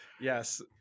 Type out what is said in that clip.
yes